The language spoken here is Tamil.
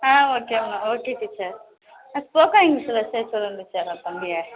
ஆ ஓகேங்க ஓகே டீச்சர் நான் ஸ்போக்கன் இங்கிலீஷில் சேத்துவிட்றேன் டீச்சர் நான் தம்பியை